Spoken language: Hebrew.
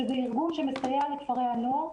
שזה ארגון שמסייע לכפרי הנוער,